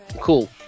cool